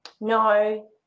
No